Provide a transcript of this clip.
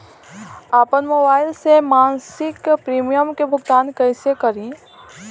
आपन मोबाइल से मसिक प्रिमियम के भुगतान कइसे करि?